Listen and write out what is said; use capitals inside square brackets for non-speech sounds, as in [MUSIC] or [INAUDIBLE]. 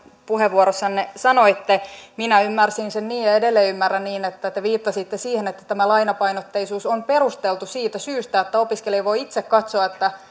puheenvuorossanne sanoitte minä ymmärsin sen niin ja edelleen ymmärrän niin että te viittasitte siihen että tämä lainapainotteisuus on perusteltu siitä syystä että opiskelija voi itse katsoa että [UNINTELLIGIBLE]